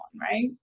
right